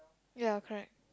ya correct